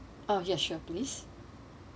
oh yes sure please